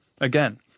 again